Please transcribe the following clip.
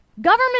Government